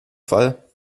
fall